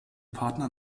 partner